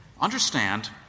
Understand